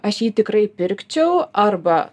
aš jį tikrai pirkčiau arba